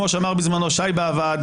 כמו שאמר בזמנו שי באב"ד,